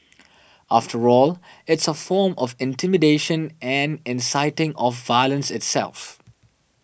after all it's a form of intimidation and inciting of violence itself